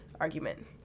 argument